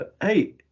hey